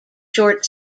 short